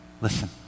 Listen